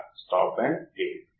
కాబట్టి ఉదాహరణ ఏమిటి